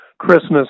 Christmas